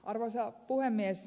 arvoisa puhemies